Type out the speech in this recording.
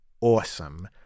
awesome